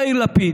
יאיר לפיד,